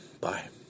Bye